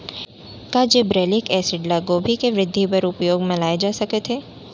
का gibberellic acid ल गोभी के वृद्धि बर उपयोग म लाये जाथे सकत हे?